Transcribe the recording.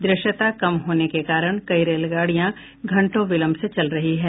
द्रश्यता कम होने के कारण कई रेलगाड़ियां घंटों विलंब से चल रही है